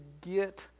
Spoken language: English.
get